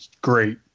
great